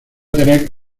tener